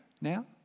now